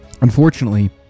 Unfortunately